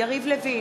יריב לוין,